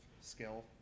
skill